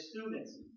students